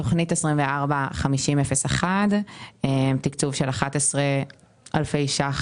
תכנית 245001 תקצוב של 11 אלפי ₪